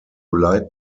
light